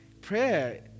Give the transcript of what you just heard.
prayer